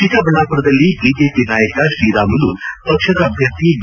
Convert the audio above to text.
ಚಿಕ್ಕಬಳ್ಳಾಮರದಲ್ಲಿ BJP ನಾಯಕ ಶ್ರೀರಾಮುಲು ಪಕ್ಷದ ಅಭ್ಯರ್ಥಿ ಬಿ